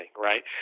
right